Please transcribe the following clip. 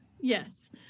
Yes